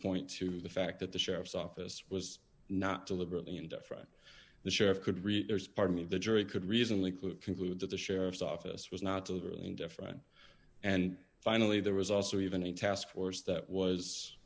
point to the fact that the sheriff's office was not deliberately indifferent the sheriff could reach there's part of me the jury could reasonably clued conclude that the sheriff's office was not deliberately indifferent and finally there was also even a task force that was